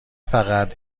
فقط